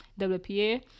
WPA